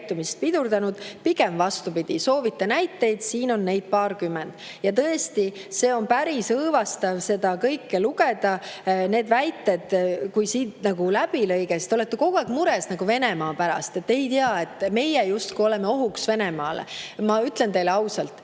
pidurdanud – pigem vastupidi. Soovite näiteid? Siin on neid paarkümmend." Ja tõesti, on päris õõvastav seda kõike lugeda. Need väited, kui [teha] siit läbilõige: te olete kogu aeg mures Venemaa pärast, et ei tea, et meie justkui oleme ohuks Venemaale. Ma ütlen teile ausalt: